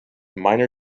minor